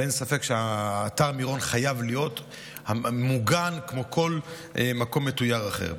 אין ספק שאתר מירון חייב להיות ממוגן כמו כל מקום מתויר אחר.